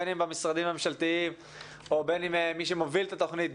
בין אם במשרדים הממשלתיים ובין מי שמוביל את התוכנית,